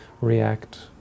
react